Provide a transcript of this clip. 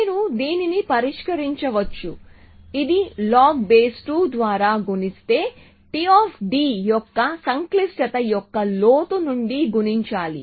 మీరు దీనిని పరిష్కరించవచ్చు ఇది log2 ద్వారా గుణిస్తే T యొక్క సంక్లిష్టత యొక్క లోతు నుండి గుణించాలి